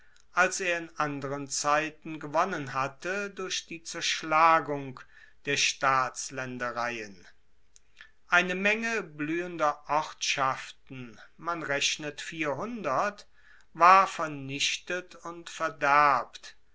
als er in anderen zeiten gewonnen hatte durch die zerschlagung der staatslaendereien eine menge bluehender ortschaften man rechnet vierhundert war vernichtet und verderbt